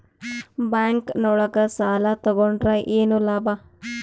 Bank ನೊಳಗ ಸಾಲ ತಗೊಂಡ್ರ ಏನು ಲಾಭ?